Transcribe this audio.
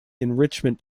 enrichment